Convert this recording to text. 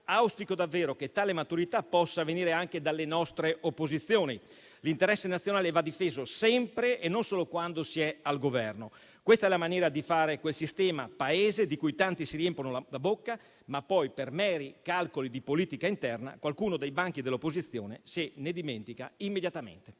auspico davvero che tale maturità possa venire anche dalle nostre opposizioni. L'interesse nazionale va difeso sempre e non solo quando si è al Governo. Questa è la maniera di fare quel sistema Paese di cui tanti si riempiono la bocca, ma di cui poi, per meri calcoli di politica interna, qualcuno dei banchi dell'opposizione si dimentica immediatamente.